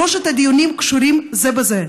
שלושת הדיונים קשורים זה בזה.